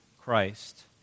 Christ